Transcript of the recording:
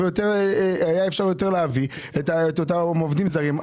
היה אפשר להביא יותר עובדים זרים.